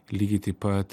lygiai taip pat